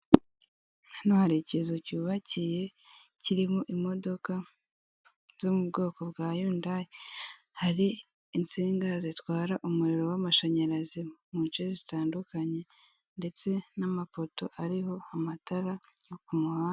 Hano hari ikizu cyubakiye kirimo imodoka zo mu bwoko bwa yu endayi, hari insinga zitwara umuriro w'amashanyarazi munce zitandukanye ndetse n'amapoto ariho amatara ku muhanda.